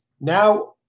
now